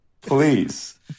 Please